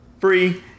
Free